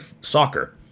soccer